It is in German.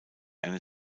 eine